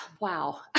Wow